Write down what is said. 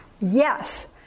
Yes